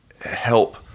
help